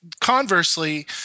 conversely